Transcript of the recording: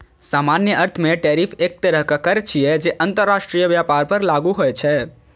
सामान्य अर्थ मे टैरिफ एक तरहक कर छियै, जे अंतरराष्ट्रीय व्यापार पर लागू होइ छै